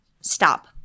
stop